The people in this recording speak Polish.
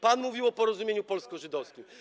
Pan mówił o porozumieniu polsko-żydowskim.